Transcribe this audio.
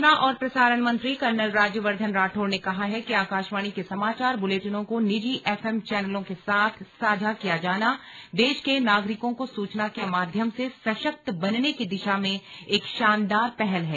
सूचना और प्रसारण मंत्री कर्नल राज्यवर्धन राठौड़ ने कहा है कि आकाशवाणी के समाचार बुलेटिनों को निजी एफएम चैनलों के साथ साझा किया जाना देश के नागरिकों को सूचना के माध्यम से सशक्त बनने की दिशा में एक शानदार पहल है